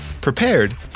prepared